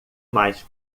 mais